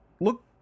look